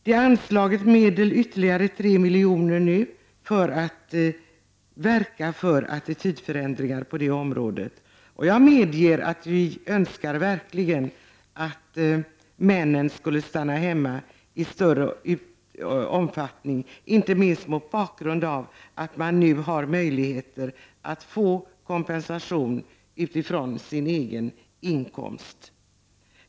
Det har anslagits ytterligare 3 milj.kr. för att verka för attitydförändringar på det området. Jag medger att vi verkligen önskar att männen stannar hemma i större utsträckning, inte minst med tanke på att de nu har möjligheter att få kompensation utifrån sin egen inkomst.